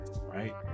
Right